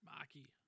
Maki